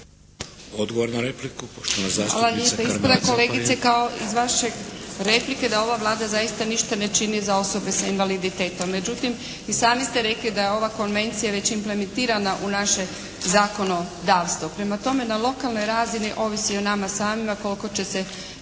Odgovor na repliku poštovana zastupnica Karmela Caparin.